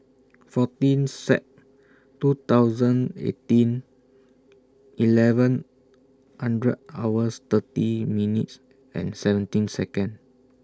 fourteen Sep two thousand eighteen eleven hundred hours thirty minutes and seventeen Seconds